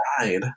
died